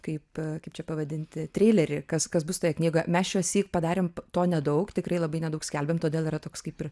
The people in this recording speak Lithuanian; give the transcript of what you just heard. kaip kaip čia pavadinti treilerį kas kas bus toje knygoje mes šiuosyk padarėm to nedaug tikrai labai nedaug skelbėm todėl yra toks kaip ir